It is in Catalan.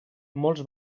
molts